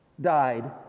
died